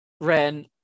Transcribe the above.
Ren